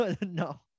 no